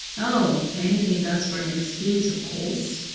oh, anything does for an excuse, of course,